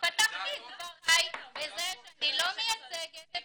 פתחתי את דבריי בזה שאני לא מייצגת את